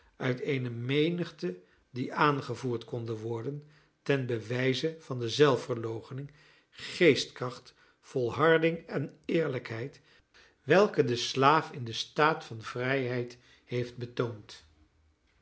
uit eene menigte die aangevoerd konden worden ten bewijze van de zelfverloochening geestkracht volharding en eerlijkheid welke de slaaf in den staat van vrijheid heeft betoond